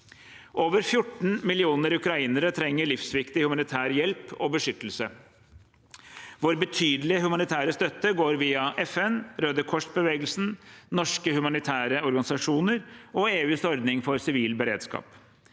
Over 14 millioner ukrainere trenger livsviktig humanitær hjelp og beskyttelse. Vår betydelige humanitære støtte går via FN, Røde Kors-bevegelsen, norske humanitære organisasjoner og EUs ordning for sivil beredskap.